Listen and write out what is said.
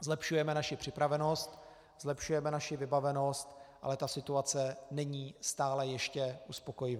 Zlepšujeme naši připravenost, zlepšujeme naši vybavenost, ale ta situace není stále ještě uspokojivá.